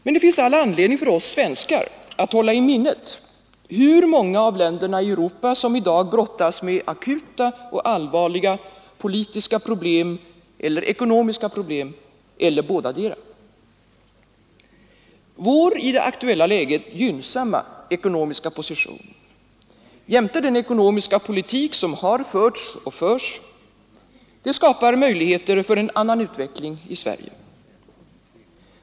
Men det finns all anledning för oss svenskar att hålla i minnet hur många av länderna i Europa som i dag brottas med akuta och allvarliga politiska problem eller ekonomiska problem eller bådadera. Vår i det aktuella läget gynnsamma ekonomiska position jämte den ekonomiska politik som har förts och förs skapar möjligheter för en annan utveckling i Sverige.